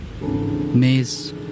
maze